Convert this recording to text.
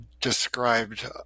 described